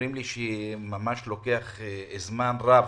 אומרים לי שלוקח זמן רב,